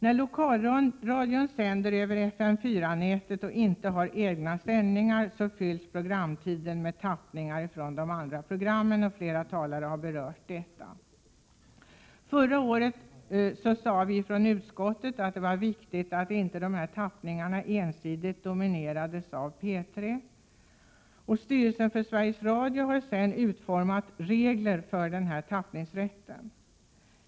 När lokalradion sänder över FM4-nätet och inte har egna sändningar fylls programtiden ut med tappningar från de andra programmen — flera talare har berört detta. Förra året uttalade vi från utskottets sida att det var viktigt att inte dessa tappningar ensidigt domineras av P3. Styrelsen för Sveriges Radio har sedan utformat regler för tappningsrätten.